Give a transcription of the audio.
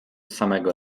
samego